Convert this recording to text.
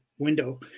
window